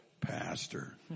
pastor